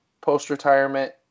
post-retirement